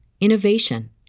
innovation